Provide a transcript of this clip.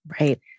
Right